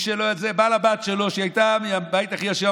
הוא בא לבת שלו, שהייתה מהבית הכי עשיר,